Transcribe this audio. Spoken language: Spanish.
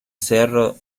cerro